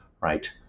right